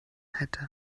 hätte